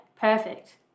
Perfect